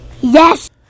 Yes